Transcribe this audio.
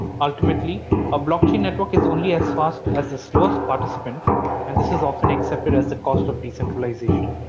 ultimately a blockchain network is only as fast as the slowest participant and this is often accepted as the cost of decentralization.